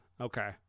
Okay